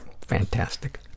Fantastic